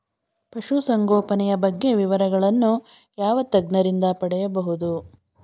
ಪಶುಸಂಗೋಪನೆಯ ಬಗ್ಗೆ ವಿವರಗಳನ್ನು ಯಾವ ತಜ್ಞರಿಂದ ಪಡೆಯಬಹುದು?